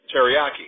teriyaki